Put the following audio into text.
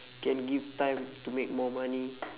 can give time to make more money